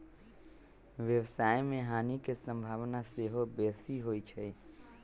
व्यवसाय में हानि के संभावना सेहो बेशी होइ छइ